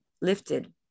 lifted